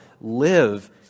live